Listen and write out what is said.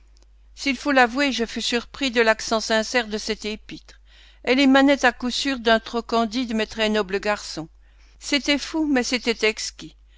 s'il faut l'avouer je fus surpris de l'accent sincère de cette épître elle émanait à coup sûr d'un trop candide mais très noble garçon c'était fou mais c'était exquis